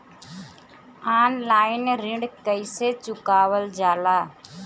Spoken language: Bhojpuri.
ऑनलाइन ऋण कईसे चुकावल जाला?